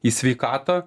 į sveikatą